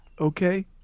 Okay